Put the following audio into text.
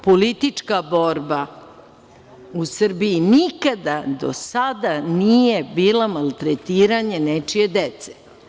Politička borba u Srbiji nikada do sada nije bila maltretiranje nečije dece.